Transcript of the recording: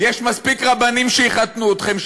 יש מספיק רבנים שיחתנו אתכם,